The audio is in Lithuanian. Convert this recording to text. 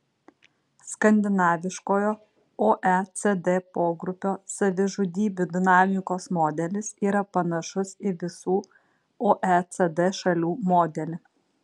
skandinaviškojo oecd pogrupio savižudybių dinamikos modelis yra panašus į visų oecd šalių modelį